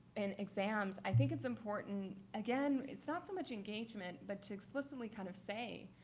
and exams. i think it's important again, it's not so much engagement, but to explicitly kind of say,